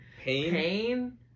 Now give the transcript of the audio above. Pain